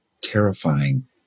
terrifying